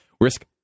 risk